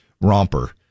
romper